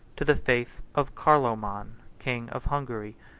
to the faith of carloman, king of hungary,